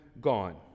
gone